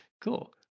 Cool